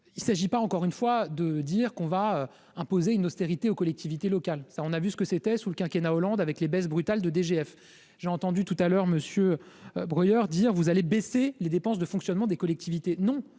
Il s'agit pas, encore une fois, de dire qu'on va imposer une austérité aux collectivités locales, ça, on a vu ce que c'était sous le quinquennat Hollande avec les baisses brutales de DGF, j'ai entendu tout à l'heure monsieur broyeur dire vous allez baisser les dépenses de fonctionnement des collectivités non